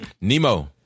nemo